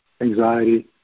anxiety